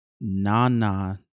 Na-na